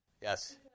yes